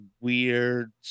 weird